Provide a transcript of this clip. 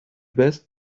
best